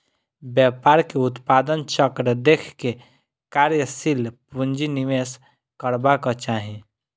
व्यापार के उत्पादन चक्र देख के कार्यशील पूंजी निवेश करबाक चाही